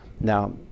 Now